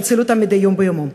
שמציל אותם מדי יום ביומו,